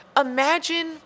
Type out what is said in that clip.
Imagine